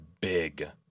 big